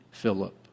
Philip